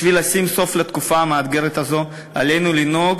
כדי לשים סוף לתקופה המאתגרת הזאת עלינו לנהוג